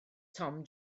tom